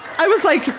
i was like,